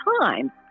time